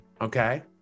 okay